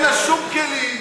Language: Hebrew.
אין לה שום כלים,